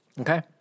Okay